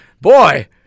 Boy